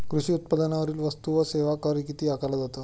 कृषी उत्पादनांवरील वस्तू व सेवा कर किती आकारला जातो?